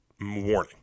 warning